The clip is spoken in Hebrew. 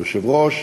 היושב-ראש,